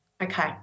Okay